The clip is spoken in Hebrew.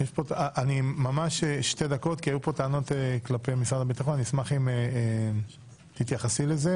עלו פה טענות כלפי משרד הביטחון ואשמח אם תהיה התייחסות.